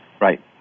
Right